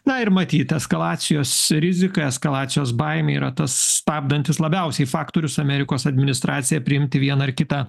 na ir matyt eskalacijos rizika eskalacijos baimė yra tas stabdantis labiausiai faktorius amerikos administraciją priimti vieną ar kitą